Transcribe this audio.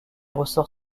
ressort